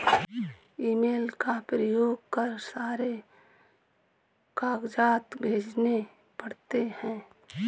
email का प्रयोग कर सारे कागजात भेजने पड़ते हैं